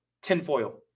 tinfoil